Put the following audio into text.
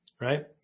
right